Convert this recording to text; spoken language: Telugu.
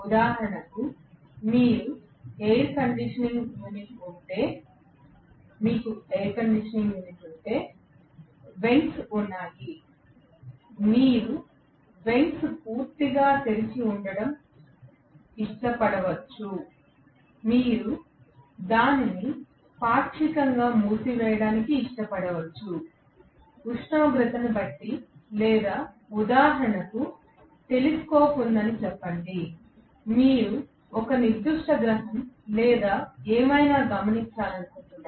ఉదాహరణకు మీకు ఎయిర్ కండిషనింగ్ యూనిట్ ఉంటే వెంట్స్ ఉన్నాయి మీరు వెంట్స్ రంధ్రాలు పూర్తిగా తెరిచి ఉంచడం ఇష్టపడవచ్చు మీరు దానిని పాక్షికంగా మూసివేయడానికి ఇష్టపడవచ్చు ఉష్ణోగ్రతను బట్టి లేదా ఉదాహరణకు టెలిస్కోప్ ఉందని చెప్పండి మీరు ఒక నిర్దిష్ట గ్రహం లేదా ఏమైనా గమనించాలనుకుంటున్నారు